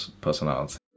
personality